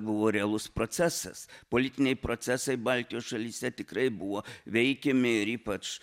buvo realus procesas politiniai procesai baltijos šalyse tikrai buvo veikiami ir ypač